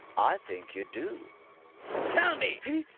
i think you do tell me! he,